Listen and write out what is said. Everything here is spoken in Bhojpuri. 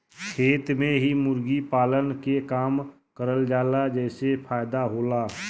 खेत में ही मुर्गी पालन के काम करल जाला जेसे फायदा होला